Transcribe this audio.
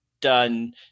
done